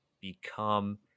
become